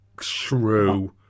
shrew